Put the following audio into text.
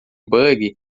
bug